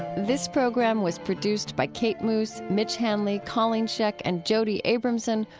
this program was produced by kate moos, mitch hanley, colleen scheck and jody abramson,